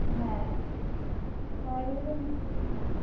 হ্যাঁ সবাই মিলে